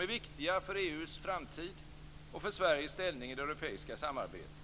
är viktiga för EU:s framtid och för Sveriges ställning i det europeiska samarbetet.